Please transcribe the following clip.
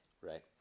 Right